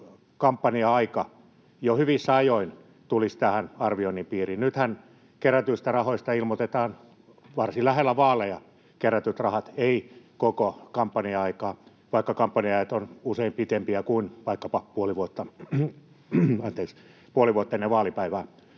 kampanja-aika jo hyvissä ajoin tulisi tähän arvioinnin piiriin. Nythän kerätyistä rahoista ilmoitetaan varsin lähellä vaaleja kerätyt rahat, ei koko kampanja-aikaa, vaikka kampanja-ajat ovat usein pitempiä kuin vaikkapa puoli vuotta ennen vaalipäivää.